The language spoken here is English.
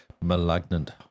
malignant